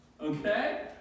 Okay